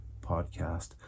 podcast